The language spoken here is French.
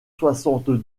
soixante